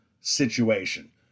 situation